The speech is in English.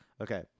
Okay